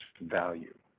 value